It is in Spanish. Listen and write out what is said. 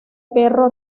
perro